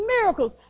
miracles